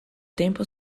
tempo